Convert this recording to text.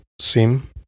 sim